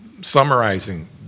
summarizing